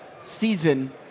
season